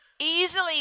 easily